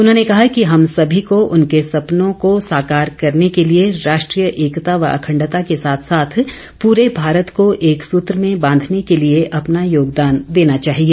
उन्होंने कहा कि हम सभी को उनके सपनों को साकार करने के लिए राष्ट्रीय एकता व अखंडता के साथ साथ पूरे भारत को एक सूत्र में बांधने के लिए अपना योगदान देना चाहिए